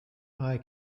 eye